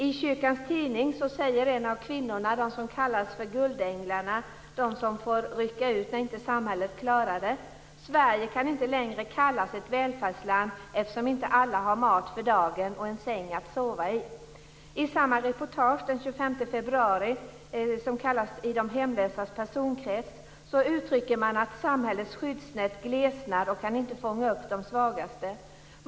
I Kyrkans Tidning säger en av de kvinnor som kallas för Guldänglarna och som får rycka ut när inte samhället klarar det: Sverige kan inte längre kallas ett välfärdsland eftersom inte alla har mat för dagen och en säng att sova i. I samma reportage den 25 februari "I de hemlösas personkrets" uttrycker man att samhällets skyddsnät glesnar och inte kan fånga upp de svagaste.